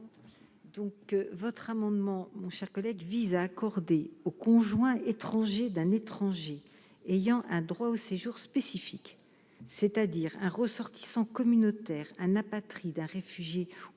Donc que votre amendement, mon cher collègue, vise à accorder au conjoint étranger d'un étranger ayant un droit au séjour spécifique, c'est-à-dire un ressortissant communautaire, un apatride, un réfugié ou un